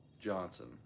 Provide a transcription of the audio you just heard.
Johnson